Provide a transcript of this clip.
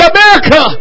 America